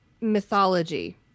mythology